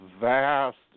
vast